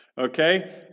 Okay